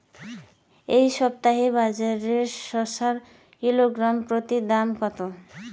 এই সপ্তাহে বাজারে শসার কিলোগ্রাম প্রতি দাম কত?